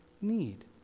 need